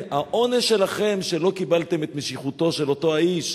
העונש שלכם על שלא קיבלתם את משיחותו של אותו האיש,